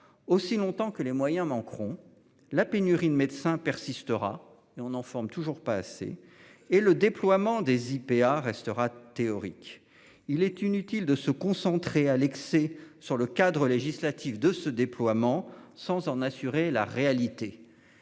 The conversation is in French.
aussi longtemps que les moyens manqueront la pénurie de médecins persistera et on en forme toujours pas assez, et le déploiement des IPA restera théorique. Il est inutile de se concentrer à l'excès sur le cadre législatif de ce déploiement sans en assurer la réalité.